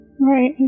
right